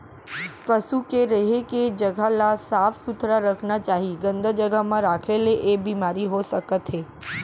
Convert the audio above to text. पसु के रहें के जघा ल साफ सुथरा रखना चाही, गंदा जघा म राखे ले ऐ बेमारी हो सकत हे